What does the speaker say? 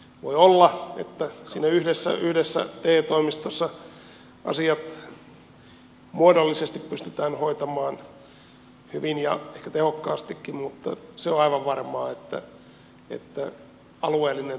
voi olla että yhdessä te toimistossa asiat muodollisesti pystytään hoitamaan hyvin ja ehkä tehokkaastikin mutta se on aivan varmaa että alueellinen tuntemus heikkenee